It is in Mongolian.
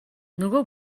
нөгөө